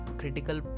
critical